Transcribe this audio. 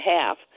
half